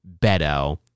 Beto